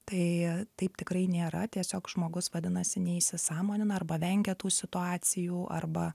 tai taip tikrai nėra tiesiog žmogus vadinasi neįsisąmonina arba vengia tų situacijų arba